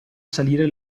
salire